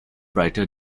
brighter